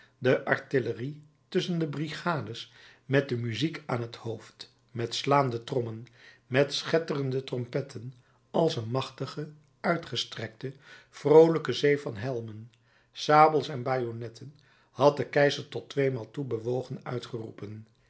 de artillerie tusschen de brigades met de muziek aan t hoofd met slaande trommen met schetterende trompetten als een machtige uitgestrekte vroolijke zee van helmen sabels en bajonetten had de keizer tot twee maal toe bewogen uitgeroepen